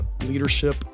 leadership